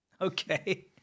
Okay